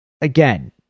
again